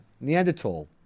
Neanderthal